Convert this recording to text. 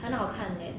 很好看 leh